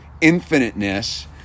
infiniteness